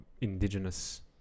indigenous